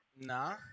Nah